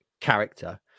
character